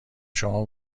شما